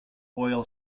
oil